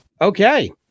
okay